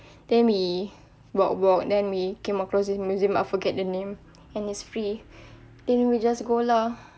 then we walk walk then we came across this museum I forget the name and it's free then we just go lah